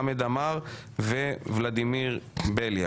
חמד אמר וולדימיר בליאק.